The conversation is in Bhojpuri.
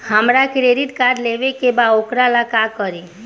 हमरा क्रेडिट कार्ड लेवे के बा वोकरा ला का करी?